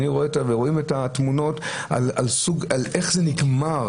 אני רואה את התמונות איך זה נגמר.